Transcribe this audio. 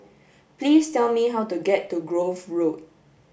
please tell me how to get to Grove Road